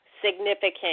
significant